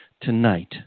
tonight